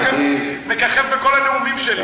מככב בכל הנאומים שלי.